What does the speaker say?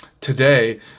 today